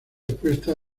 expuesta